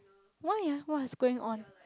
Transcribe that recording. why ah what's going on